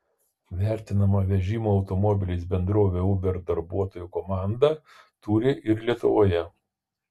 vertinama vežimo automobiliais bendrovė uber darbuotojų komandą turi ir lietuvoje